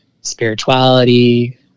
spirituality